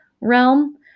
realm